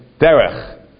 Derech